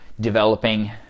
developing